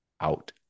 out